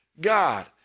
God